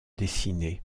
dessiné